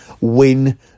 win